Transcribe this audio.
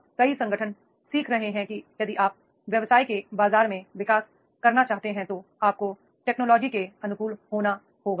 अब कई संगठन सीख रहे हैं कि यदि आप व्यवसाय के बाजार में विकास करना चाहते हैं तो आपको टेक्नोलॉजी के अनुकूल होना होगा